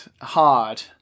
hard